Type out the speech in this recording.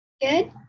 Good